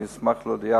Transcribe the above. אני אשמח להודיעך,